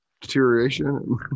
deterioration